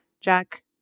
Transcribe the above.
Jack